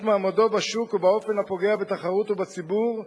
מעמדו בשוק באופן הפוגע בתחרות ובציבור,